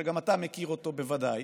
שגם אתה מכיר אותו בוודאי,